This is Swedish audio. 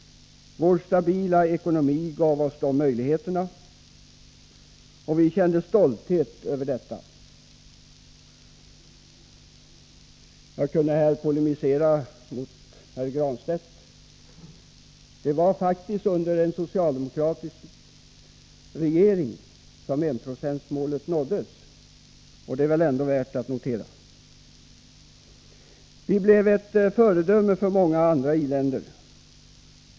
Vår stabila ekonomi gav oss de möjligheterna, och vi kände stolthet över detta. Jag kunde här polemisera mot herr Granstedt. Det var faktiskt under en socialdemokratisk regering som enprocentsmålet nåddes. Det är ändå värt att notera. Vi blev ett föredöme för många andra i-länder.